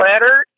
letter